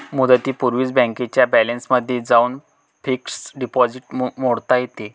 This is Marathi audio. मुदतीपूर्वीच बँकेच्या बॅलन्समध्ये जाऊन फिक्स्ड डिपॉझिट मोडता येते